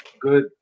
good